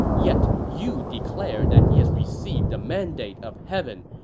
yet you declare that he has received the mandate of heaven.